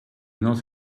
not